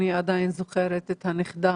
אני עדיין זוכרת את הנכדה